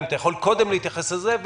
אם אתה יכול קודם להתייחס לזה,